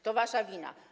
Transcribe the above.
To wasza wina.